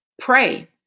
pray